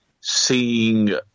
seeing